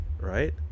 Right